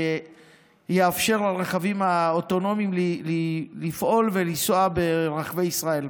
מה שיאפשר לרכבים האוטונומיים לפעול ולנסוע ברחבי ישראל.